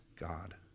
God